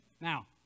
Now